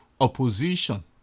opposition